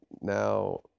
now